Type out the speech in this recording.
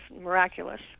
miraculous